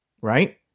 right